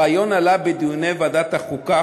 הרעיון עלה בדיוני ועדת החוקה,